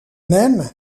même